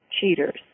cheaters